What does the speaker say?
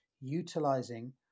utilizing